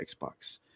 Xbox